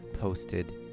posted